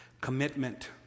commitment